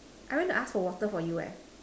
I went to ask for water for you eh